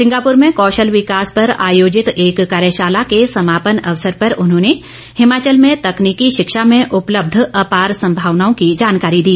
Singapore में कौशल विकास पर आयोजित एक कार्यशाला के समापन अवसर पर उन्होंने हिमाचल में तकनीकी शिक्षा मेँ उपलब्ध अपार संभावनाओं की जानकारी दी